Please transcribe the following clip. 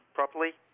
properly